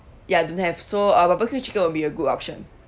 ya don't have so uh barbecue chicken will be a good option